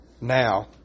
now